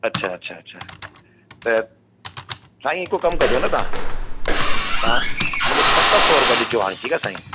अच्छा अच्छा अच्छा त साईं हिकु कमु कजो न तव्हां मूंखे सत सौ रुपे ॾिजो